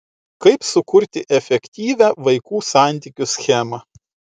kaip sukurti efektyvią vaikų santykių schemą